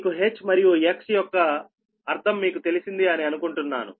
మీకు H మరియు X యొక్క అర్థం మీకు తెలిసింది అని అనుకుంటున్నాను